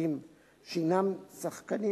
שהינם שחקנים